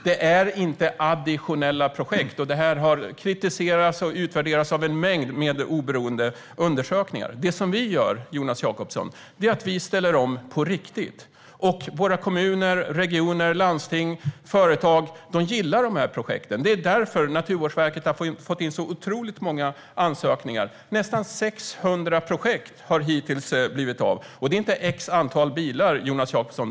Det är inte additionella projekt, och detta har utvärderats och kritiserats i en mängd oberoende undersökningar. Det vi gör, Jonas Jacobsson, är att vi ställer om på riktigt. Våra kommuner, regioner, landsting och företag gillar dessa projekt. Det är därför Naturvårdsverket har fått in så otroligt många ansökningar - nästan 600 projekt har hittills blivit av. Det är inte x bilar, Jonas Jacobsson.